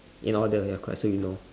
you know all the correct so you kow